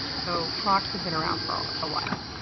so clocks have been around for a while,